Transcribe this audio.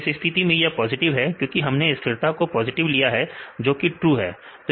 इस स्थिति में यह पॉजिटिव है क्योंकि हमने स्थिरता को पॉजिटिव लिया है जो कि ट्रू है